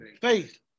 Faith